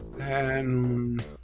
And-